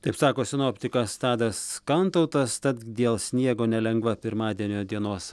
taip sako sinoptikas tadas kantautas tad dėl sniego nelengva pirmadienio dienos